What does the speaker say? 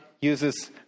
uses